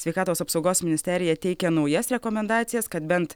sveikatos apsaugos ministerija teikia naujas rekomendacijas kad bent